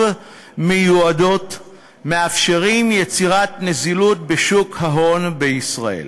מיועדות מאפשרת יצירת נזילות בשוק ההון בישראל.